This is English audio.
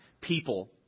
people